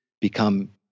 become